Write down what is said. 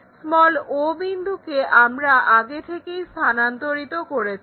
o বিন্দুকে আমরা আগে থেকেই স্থানান্তরিত করেছি